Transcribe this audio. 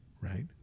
right